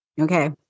Okay